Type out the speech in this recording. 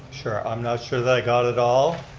sure, i'm not sure that i got it all,